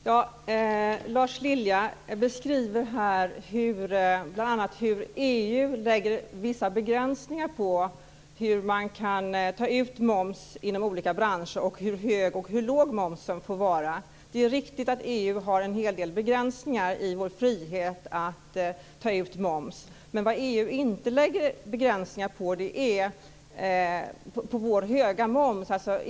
Herr talman! Lars Lilja beskriver här bl.a. hur EU lägger vissa begränsningar på hur man kan ta ut moms inom olika branscher och på hur hög och hur låg momsen får vara. Det är riktigt att EU har en hel del begränsningar av vår frihet att ta ut moms. Men vad EU inte lägger begränsningar på är vår höga moms.